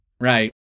Right